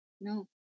No